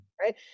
Right